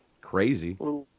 crazy